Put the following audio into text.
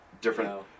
different